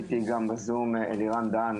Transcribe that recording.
איתי גם בזום אלירן דהאן,